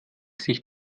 sich